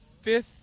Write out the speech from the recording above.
fifth